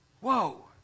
Whoa